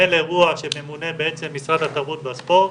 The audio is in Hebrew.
מנהל אירוע שממנה בעצם משרד התרבות והספורט,